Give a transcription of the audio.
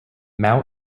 mao